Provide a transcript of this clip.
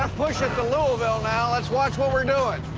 um push it to louisville, now. let's watch what we're doing.